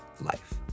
life